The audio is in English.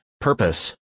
purpose